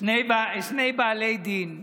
שני בעלי דין אומרים: